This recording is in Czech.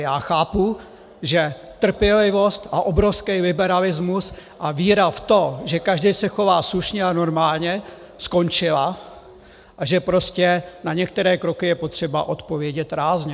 Já chápu, že trpělivost a obrovský liberalismus a víra v to, že každý se chová slušně a normálně, skončila a že prostě na některé kroky je třeba odpovědět rázně.